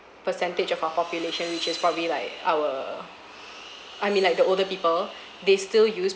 percentage of our population which is probably like our I mean like the older people they still use